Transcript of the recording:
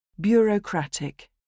bureaucratic